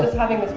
having